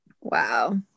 Wow